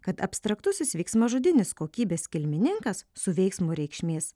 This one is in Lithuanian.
kad abstraktusis veiksmažodinis kokybės kilmininkas su veiksmo reikšmės